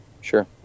Sure